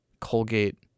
Colgate